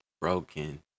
broken